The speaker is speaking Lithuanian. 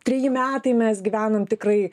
treji metai mes gyvenom tikrai